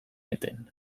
eten